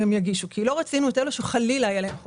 אם הם יגישו כי לא רצינו את אלה שחלילה יהיה להם חוב.